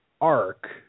arc